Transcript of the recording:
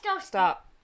Stop